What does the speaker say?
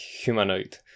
humanoid